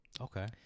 okay